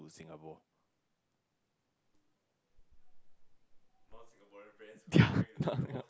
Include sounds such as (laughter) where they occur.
Singapore (laughs) ya ya